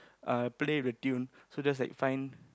uh play with the tune so just like find